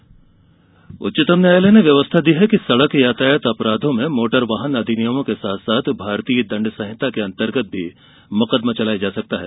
supreme court उच्चतम न्यायालय ने व्यवस्था दी है कि सड़क यातायात अपराधों में मोटर वाहन अधिनियमों के साथ साथ भारतीय दंड संहिता के अंतर्गत ही मुकदमा चलाया जा सकता है